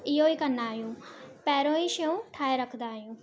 इहो ई कंदा आहियूं पहिरियों ई शयूं ठाहे रखंदा आहियूं